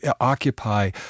occupy